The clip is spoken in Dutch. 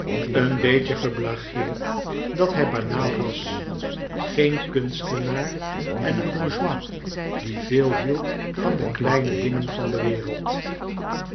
een beetje geblalouis couperus metamorfoze gueerd dat hij banaal was geen kunstenaar en een bourgois die veel hield van de kleine dingen van de wereld